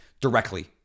directly